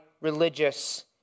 religious